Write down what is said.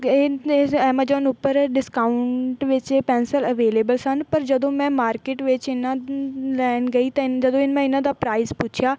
ਇਹ ਇਸ ਐਮਾਜੋਨ ਉੱਪਰ ਡਿਸਕਾਉਂਟ ਵਿੱਚ ਇਹ ਪੈਨਸਲ ਅਵੇਲੇਬਲ ਸਨ ਪਰ ਜਦੋਂ ਮੈਂ ਮਾਰਕੀਟ ਵਿੱਚ ਇਹਨਾਂ ਲੈਣ ਗਈ ਤਾਂ ਇਨ ਜਦੋਂ ਇਨ ਮੈਂ ਇਹਨਾਂ ਦਾ ਪ੍ਰਾਈਜ਼ ਪੁੱਛਿਆ